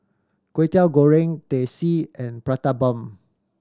Kway Teow Goreng Teh C and Prata Bomb